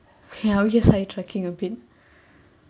ya I guess I side tracking a bit